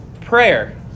prayer